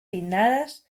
pinnadas